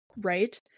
Right